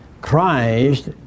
Christ